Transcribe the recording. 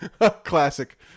Classic